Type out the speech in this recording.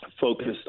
focused